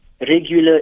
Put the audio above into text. regular